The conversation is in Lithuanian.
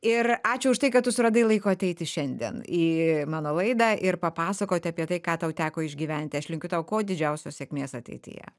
ir ačiū už tai kad tu suradai laiko ateiti šiandien į mano laidą ir papasakoti apie tai ką tau teko išgyventi aš linkiu tau kuo didžiausios sėkmės ateityje